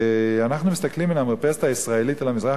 אנחנו מסתכלים מן המרפסת הישראלית על המזרח